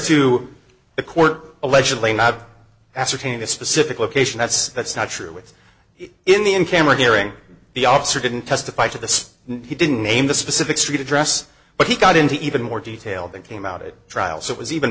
to the court allegedly not ascertaining the specific location that's that's not true with in the in camera hearing the officer didn't testify to this he didn't name the specific street address but he got into even more detail that came out it trial so it was even